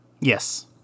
Yes